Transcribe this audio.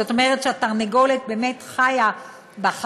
זאת אומרת שהתרנגולת באמת חיה בחצר,